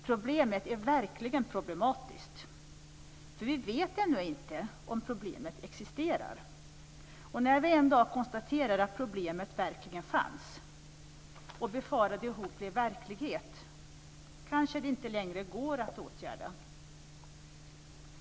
Problemet är verkligen problematiskt. Vi vet ännu inte om problemet existerar. Och när vi en dag konstaterar att problemet verkligen fanns och befarade hot blev verklighet, går det kanske inte längre att åtgärda.